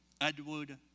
Edward